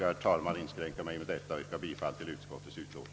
Jag skall inskränka mig till detta och yrka bifall till utskottets hemställan.